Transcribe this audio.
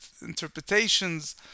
interpretations